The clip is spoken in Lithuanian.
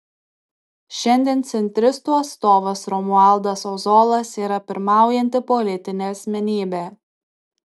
šiandien centristų atstovas romualdas ozolas yra pirmaujanti politinė asmenybė